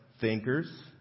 thinkers